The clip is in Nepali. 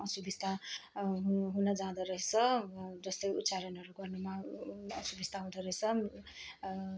असुविस्ता हु हुनजाँदो रहेछ जस्तै उच्चारणहरू गर्नुमा असुविस्ता हुँदोरहेछ